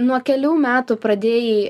nuo kelių metų pradėjai